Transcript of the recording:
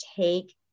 take